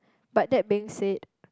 but that being said